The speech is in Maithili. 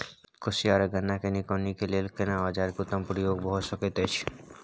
कोसयार आ गन्ना के निकौनी के लेल केना औजार के उत्तम प्रयोग भ सकेत अछि?